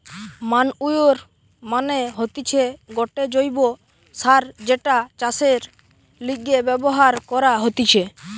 manure মানে হতিছে গটে জৈব্য সার যেটা চাষের লিগে ব্যবহার করা হতিছে